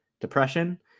depression